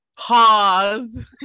pause